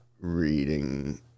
reading